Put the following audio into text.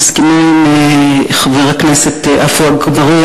אני מסכימה עם חבר הכנסת עפו אגבאריה,